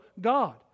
God